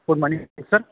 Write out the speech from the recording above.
good morning sir